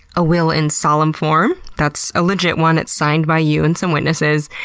a will in solemn form. that's a legit one. it's signed by you and some witnesses.